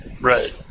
Right